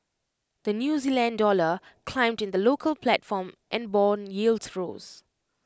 the new Zealand dollar climbed in the local platform and Bond yields rose